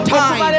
time